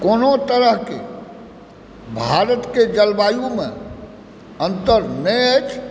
कोनो तरहके भारतके जलवायुमे अन्तर नहि अछि